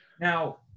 Now